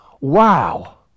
wow